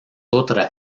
otra